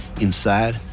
inside